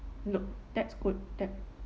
nope that's good that